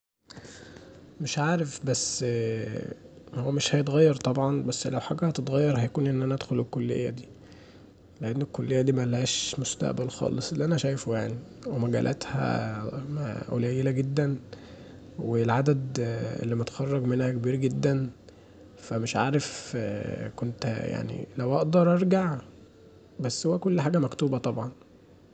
مش عارف بس هو مش هيتغير طبعا بس لو حاجه هتتغير هو ان انا ادخل الكليه دي لان الكليه دي ملهاش مستقبل خالص، اللي انا شايفه يعني ومجالاتها قليله جدا والعدد اللي متخرج منها كبير جدا فمش عارف كنت يعني لو اقدر ارجع بس هو كل حاجه مكتوبه طبعا.